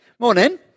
Morning